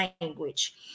language